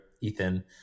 Ethan